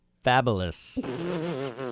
Fabulous